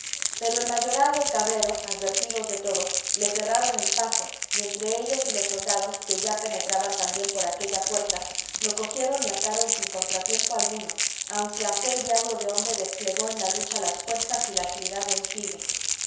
pero el mayoral y el cabrero advertidos de todo le cerraron el paso y entre ellos y los soldados que ya penetraban también por aquella puerta lo cogieron y ataron sin contratiempo alguno aunque aquel diablo de hombre desplegó en la lucha las fuerzas y la agilidad de un tigre